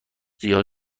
زیاد